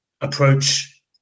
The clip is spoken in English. approach